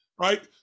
right